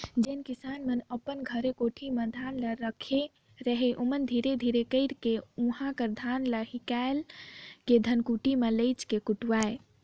जेन किसान मन अपन घरे कोठी में धान ल राखे रहें ओमन धीरे धीरे कइरके उहां कर धान ल हिंकाएल के धनकुट्टी में लेइज के कुटवाएं